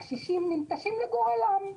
הקשישים ננטשים לגורם.